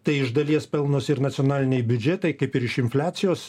tai iš dalies pelnosi ir nacionaliniai biudžetai kaip ir iš infliacijos